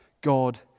God